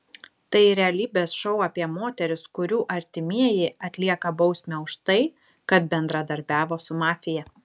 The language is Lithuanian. tai realybės šou apie moteris kurių artimieji atlieka bausmę už tai kad bendradarbiavo su mafija